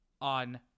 on